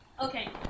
Okay